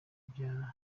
bya